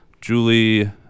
Julie